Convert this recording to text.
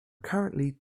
currently